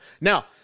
Now